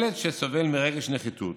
ילד שסובל מרגש נחיתות